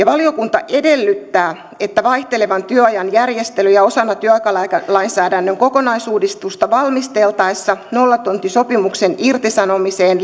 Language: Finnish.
valiokunta edellyttää että vaihtelevan työajan järjestelyjä osana työaikalainsäädännön kokonaisuudistusta valmisteltaessa nollatuntisopimuksen irtisanomiseen